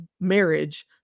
marriage